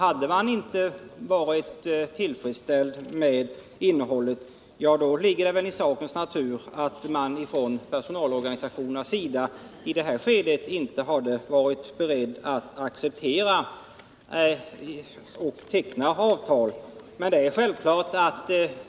Om personalorganisationerna inte varit tillfredsställda med avtalets innehåll ligger det väl i sakens natur att man i detta skede inte varit beredd att teckna ett avtal.